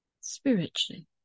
Spiritually